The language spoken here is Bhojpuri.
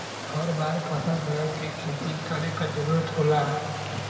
हर बार फसल बदल के खेती करे क जरुरत होला